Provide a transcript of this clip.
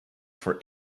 for